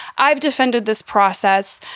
i've defended this process.